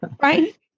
Right